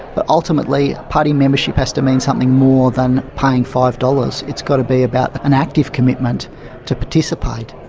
but ultimately party membership has to mean something more than paying five dollars, it's got to be about an active commitment to participate.